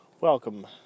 welcome